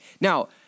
Now